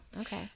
Okay